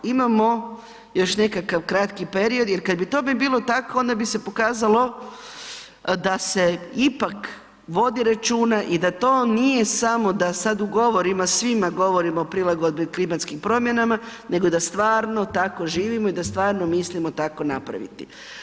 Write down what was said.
Imamo još nekakav kratki period, jer kad bi tome bilo tako onda bi se pokazalo da se ipak vodi računa i to nije samo da sad u govorima svima govorim o prilagodbi klimatskim promjenama nego da stvarno tako živimo i da stvarno mislimo tako napraviti.